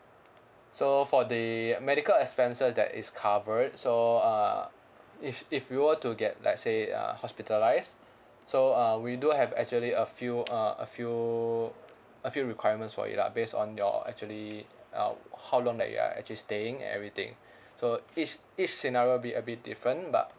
so for the medical expenses that is covered so uh if if you were to get let's say uh hospitalised so uh we do have actually a few uh a few a few requirements for it lah based on your actually um how long that you are actually staying and everything so each each scenario will be a bit different but